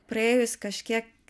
praėjus kažkiek